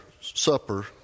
supper